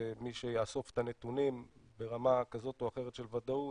מי שיאסוף את הנתונים ברמה כזו או אחרת של ודאות,